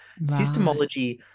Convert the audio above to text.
Systemology